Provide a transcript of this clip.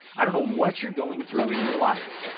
i don't know what you're going through in your life.